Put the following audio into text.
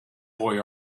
boy